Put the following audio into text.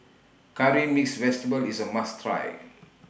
Curry Mixed Vegetable IS A must Try